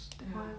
ya